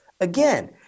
again